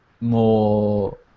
more